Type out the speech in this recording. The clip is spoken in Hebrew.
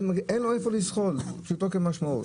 פשוטו כמשמעו.